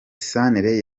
santere